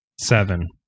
seven